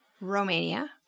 Romania